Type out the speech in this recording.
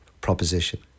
proposition